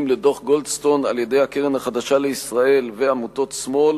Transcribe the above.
לדוח-גולדסטון על-ידי הקרן החדשה לישראל ועמותות שמאל,